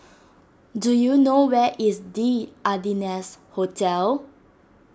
do you know where is the Ardennes Hotel